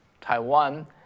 Taiwan